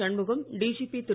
Shanmugam DGP Thiru